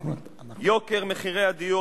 יוקר מחירי הדיור,